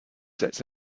sets